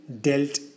dealt